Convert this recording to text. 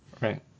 Right